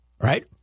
Right